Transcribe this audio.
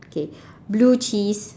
okay blue cheese